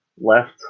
left